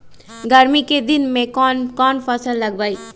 गर्मी के दिन में कौन कौन फसल लगबई?